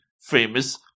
famous